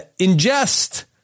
ingest